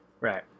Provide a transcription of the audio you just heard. right